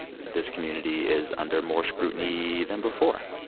this community is under more scrutiny than before?